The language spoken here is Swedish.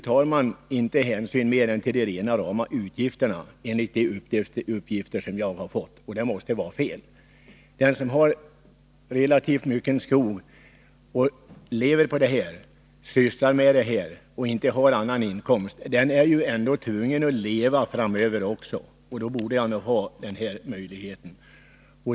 Nu tar man inte hänsyn till annat än rena rama utgifter, enligt de uppgifter som jag har fått. Det måste vara fel. Den som har relativt mycket skog, lever på den och inte har någon annan inkomst, är ändå tvungen att leva framöver, och då borde han ha den här möjligheten.